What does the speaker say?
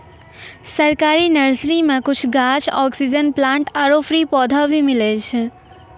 सरकारी नर्सरी मॅ कुछ गाछ, ऑक्सीजन प्लांट आरो फ्री पौधा भी मिलै छै